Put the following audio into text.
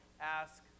ask